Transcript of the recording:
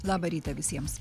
labą rytą visiems